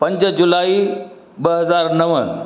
पंज जूलाई ॿ हज़ार नव